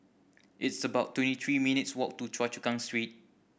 it's about twenty three minutes' walk to Choa Chu Kang Street